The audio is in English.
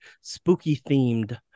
spooky-themed